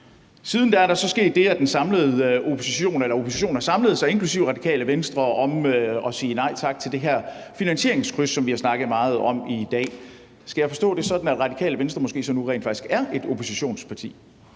Siden da er der så sket det, at oppositionen har samlet sig, inklusive Radikale Venstre, om at sige nej tak til det her finansieringskryds, som vi har snakket meget om i dag. Skal jeg forstå det sådan, at Radikale Venstre måske så nu rent faktisk er et oppositionsparti?